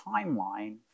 timeline